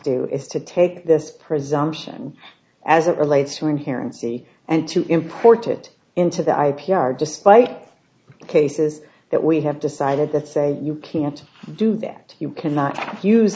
do is to take this presumption as it relates to inherently and to import it into the i p r despite cases that we have decided that say you can't do that you cannot use